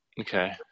Okay